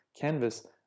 canvas